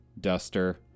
Duster